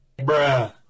Bruh